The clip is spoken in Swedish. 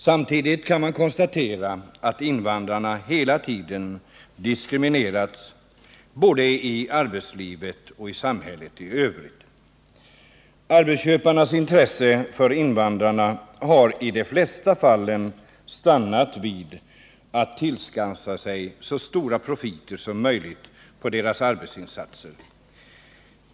Samtidigt kan man konstatera att invandrarna hela tiden diskriminerats både i arbetslivet och i samhället i övrigt. Arbetsköparnas intresse för invandrarna har i de flesta fall stannat vid att man tillskansat sig så stora profiter som möjligt på deras arbetsinsatser.